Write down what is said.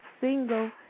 single